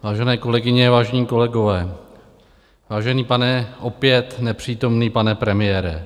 Vážené kolegyně, vážení kolegové, vážený opět nepřítomný pane premiére.